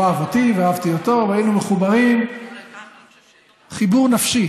הוא אהב אותי ואהבתי אותו והיינו מחוברים חיבור נפשי